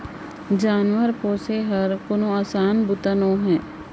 जानवर पोसे हर कोनो असान बूता नोहे